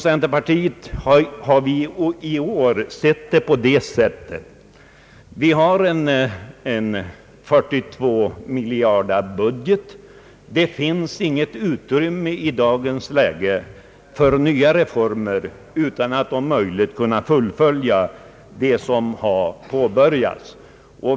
Centerpartiet ser läget i år på detta sätt: Vi har en budget om 42 miljarder. Det finns i dagens läge inget utrymme för nya reformer, utan man måste inskränka sig till att om möjligt fullfölja det som påbörjats.